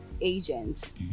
agents